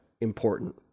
important